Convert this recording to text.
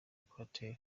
equateur